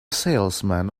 salesman